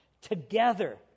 together